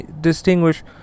distinguish